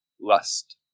lust